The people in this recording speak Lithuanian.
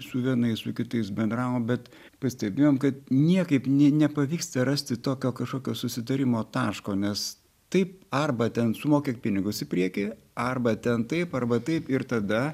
su vienais kitais bendravom bet pastebėjom kad niekaip ne nepavyksta rasti tokio kažkokio susitarimo taško nes taip arba ten sumokėk pinigus į priekį arba ten taip arba taip ir tada